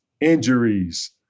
injuries